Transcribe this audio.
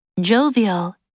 Jovial